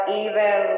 evil